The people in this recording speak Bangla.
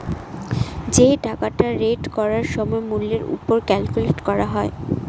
যে টাকাটা রেট করার সময় মূল্যের ওপর ক্যালকুলেট করা হয়